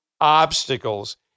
obstacles